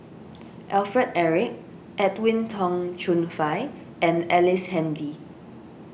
Alfred Eric Edwin Tong Chun Fai and Ellice Handy